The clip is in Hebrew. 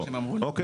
אה, אוקיי.